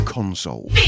Console